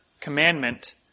commandment